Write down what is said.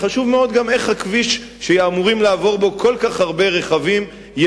חשוב מאוד גם איך הכביש שאמורים לעבור בו כל כך הרבה כלי רכב יתוכנן.